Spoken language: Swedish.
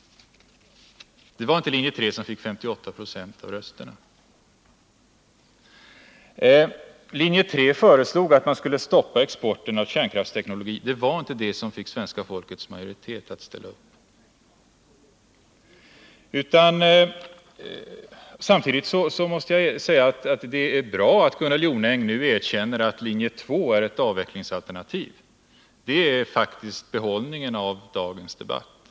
Det var inte linje 3 som fick 58 20 av rösterna. Linje 3 föreslog att man skulle stoppa exporten av kärnkraftsteknologin. Det var inte det förslaget som majoriteten av svenska folket ställde sig bakom. Samtidigt måste jag säga att det är bra att Gunnel Jonäng nu erkänner att linje 2 är ett avvecklingsalternativ. Det är faktiskt behållningen av dagens debatt.